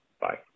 Bye